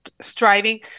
striving